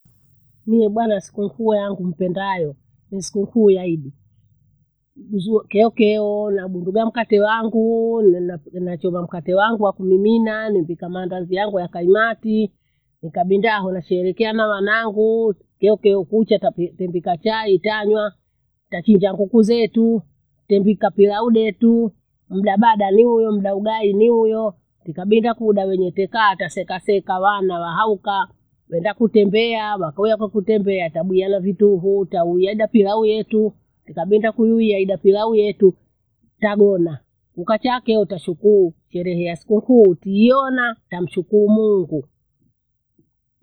Mie bwana sikunkuu yangu niipendayo, ni sikukuu ya idi. Kuzua keokeo naudundulia makate wanguu, niwe napu nachoma mkate wangu wakumimina, nevika maandathi yangu yakalmatii, nikabinda hoo nasherekea nawananguu keokeo kucha tapi tembika chai tanywa, tachinja nguku zetu. Tembika pilau detu mda bada ni huyo mda ugayi nihuyoo. Ikabida kuda wenye tekaa taseka seka wana wahaukaa, kwenda kutembea, wakoya wako kutembea tabuyala vitovuta. Uyada pilau yetu nikabinda kuyu yaida pilau yetu tagona. Ukachake utashukuru kwerehia sikukuu kuiona tamshukuru mungu.